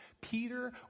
Peter